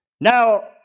Now